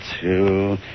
Two